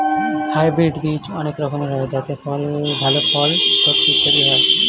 hybrid বীজ অনেক রকমের হয় যাতে ভালো ফল, সবজি ইত্যাদি হয়